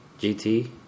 GT